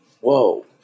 whoa